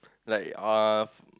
like uh